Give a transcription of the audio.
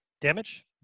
damage